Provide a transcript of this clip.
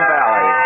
Valley